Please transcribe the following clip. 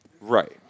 Right